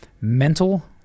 mental